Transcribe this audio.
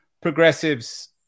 progressives